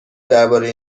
درباره